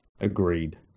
Agreed